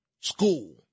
School